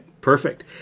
Perfect